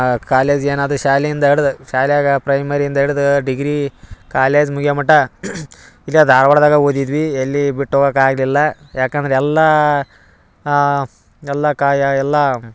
ಕಾಲೇಜ್ಗೇನಾದರು ಶಾಲೆಯಿಂದ ಇಡ್ದು ಶಾಲ್ಯಾಗ ಪ್ರೈಮರಿಯಿಂದ ಇಡ್ದು ಡಿಗ್ರಿ ಕಾಲೇಜ್ ಮುಗಿಯೋ ಮಟ್ಟ ಇಲ್ಲೇ ಧಾರ್ವಾಡ್ದಾಗ ಓದಿದ್ವಿ ಇಲ್ಲಿ ಬಿಟ್ಟು ಹೋಗಕ್ ಆಗಲಿಲ್ಲ ಯಾಕಂದ್ರೆ ಎಲ್ಲ ಎಲ್ಲಾ ಕಾಯ ಎಲ್ಲ